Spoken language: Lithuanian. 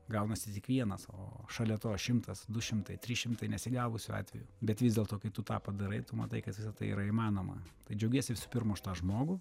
gaunasi tik vienas o šalia to šimtas du šimtai trys šimtai nesigavusių atvejų bet vis dėlto kai tu tą padarai tu matai kad visa tai yra įmanoma tai džiaugiesi visų pirma už tą žmogų